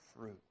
fruit